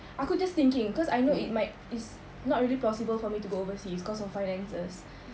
aku just thinking because it might it's not really plausible for me to go overseas because of finances